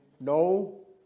No